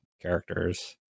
characters